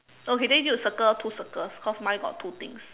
okay then you need to circle two circles because mine got two things